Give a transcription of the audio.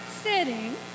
sitting